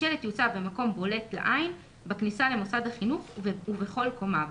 השלט יוצב במקום בולט לעין בכניסה למוסד החינוך ובכל קומה בו".